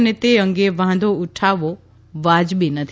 અને તે અંગે વાંધો ઉઠાવવો વાજબી નથી